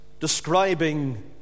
Describing